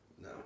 No